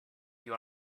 più